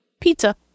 pizza